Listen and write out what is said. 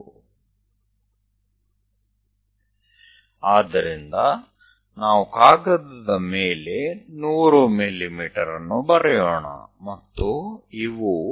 તો ચાલો આપણે કાગળ પર 100 mm નોંધીએ